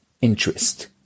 interest